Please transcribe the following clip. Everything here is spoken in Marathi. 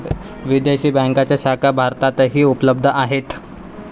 विदेशी बँकांच्या शाखा भारतातही उपलब्ध आहेत